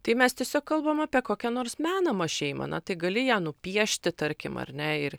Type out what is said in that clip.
tai mes tiesiog kalbam apie kokią nors menamą šeimą na tai gali ją nupiešti tarkim ar ne ir